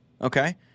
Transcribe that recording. Okay